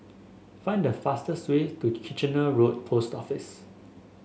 find the fastest way to Kitchener Road Post Office